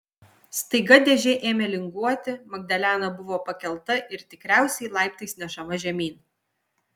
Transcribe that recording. staiga dėžė ėmė linguoti magdalena buvo pakelta ir tikriausiai laiptais nešama žemyn